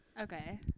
Okay